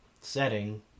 setting